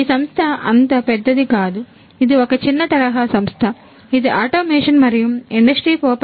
ఈ సంస్థ అంత పెద్దది కాదు ఇది ఒక చిన్న తరహా సంస్థ ఇది ఆటోమేషన్ మరియు ఇండస్ట్రీ 4